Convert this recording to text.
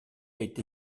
été